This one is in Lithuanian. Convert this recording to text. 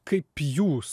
kaip jūs